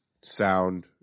sound